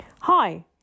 Hi